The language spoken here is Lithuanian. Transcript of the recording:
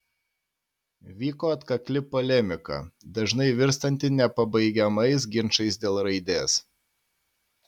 vyko atkakli polemika dažnai virstanti nepabaigiamais ginčais dėl raidės